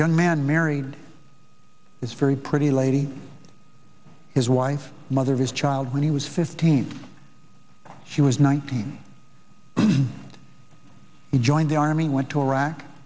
young man married is very pretty lady his wife mother his child when he was fifteen she was nineteen he joined the army went to iraq